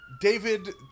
David